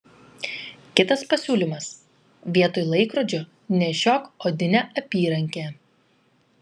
kitas pasiūlymas vietoj laikrodžio nešiok odinę apyrankę